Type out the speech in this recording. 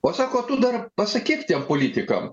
o sako tu dar pasakyk tiem politikam